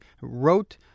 wrote